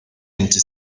into